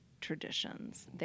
traditions